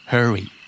Hurry